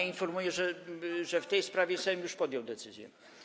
Informuję, że w tej sprawie Sejm już podjął decyzję.